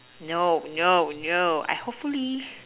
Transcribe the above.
no no no I hopefully